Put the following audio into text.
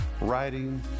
writing